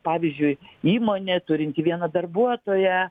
pavyzdžiui įmonė turinti vieną darbuotoją